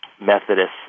Methodist